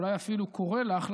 אולי אפילו קורא לך,